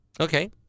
Okay